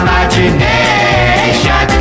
Imagination